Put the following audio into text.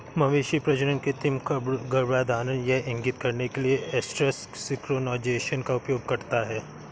मवेशी प्रजनन कृत्रिम गर्भाधान यह इंगित करने के लिए एस्ट्रस सिंक्रोनाइज़ेशन का उपयोग करता है